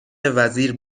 وزیر